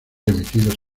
emitidos